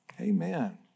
Amen